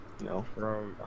No